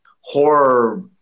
horror